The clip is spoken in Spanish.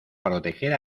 proteger